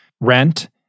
rent